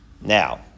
Now